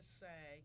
say